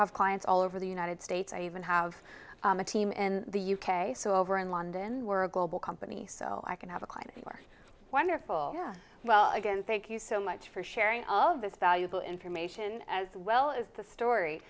have clients all over the united states i even have a team in the u k so over in london we're a global company so i can have a climate where wonderful well again thank you so much for sharing all of this valuable information as well as the story